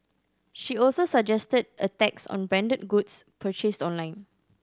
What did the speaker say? she also suggested a tax on branded goods purchased online